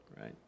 right